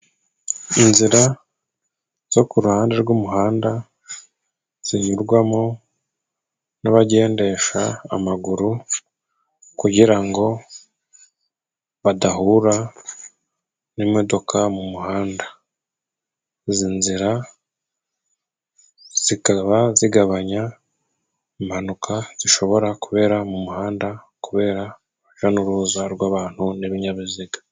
Inzira zo ku ruhande rw'umuhanda zinyurwamo n'abagendesha amaguru, kugirango badahura n'imodoka mu muhanda. Izi nzira zikaba zigabanya impanuka, zishobora kubera mu muhanda kubera uruja n'uruza rw'abantu n'ibinyabiziga.